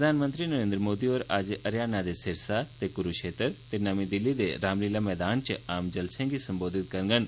प्रधानमंत्री नरेंद्र मोदी होर अज्ज हरियाणा दे सिरसा ते कुरूक्षेत्र ते नमीं दिल्ली दे रामलीला मैदान च आम जलसें गी संबोधित करंडन